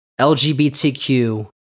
LGBTQ